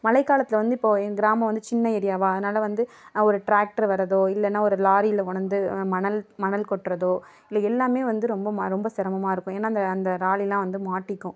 மழைக் காலத்தில் வந்து இப்போது எங்க கிராமம் வந்து சின்ன ஏரியாவா அதனால் வந்து ஒரு ட்ராக்ட்ரு வரதோ இல்லைன ஒரு லாரியில் கொண்டாந்து மணல் மணல் கொட்டுறதோ இல்லை எல்லாமே வந்து ரொம்ப மா ரொம்ப சிரமமாக இருக்கும் ஏன்னால் இந்த அந்த ராலிலா வந்து மாட்டிக்கும்